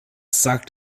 sagt